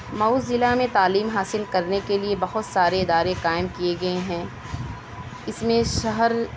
مئو ضلع میں تعلیم حاصل کرنے کے لئے بہت سارے ادارے قائم کئے گئے ہیں اس میں شہر